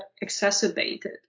exacerbated